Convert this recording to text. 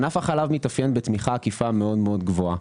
ענף החלב מתאפיין בתמיכה עקיפה מאוד מאוד גבוהה.